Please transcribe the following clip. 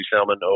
Salmon